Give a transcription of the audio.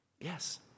Yes